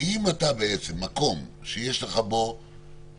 מקום שיש לך בו